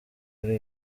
kuri